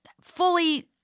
fully